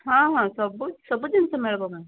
ହଁ ହଁ ସବୁ ସବୁ ଜିନିଷ ମିଳିବ ମ୍ୟାମ୍